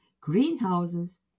greenhouses